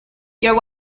your